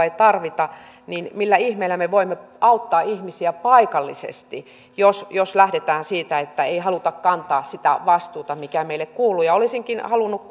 ei tarvita niin millä ihmeellä me voimme auttaa ihmisiä paikallisesti jos jos lähdetään siitä että ei haluta kantaa sitä vastuuta mikä meille kuuluu olisinkin halunnut